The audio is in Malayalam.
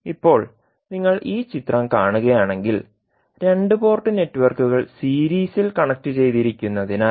ഇപ്പോൾ നിങ്ങൾ ഈ ചിത്രം കാണുകയാണെങ്കിൽ രണ്ട് പോർട്ട് നെറ്റ്വർക്കുകൾ സീരീസിൽ കണക്റ്റുചെയ്തിരിക്കുന്നതിനാൽ